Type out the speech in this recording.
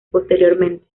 posteriormente